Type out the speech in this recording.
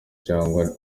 cyangwa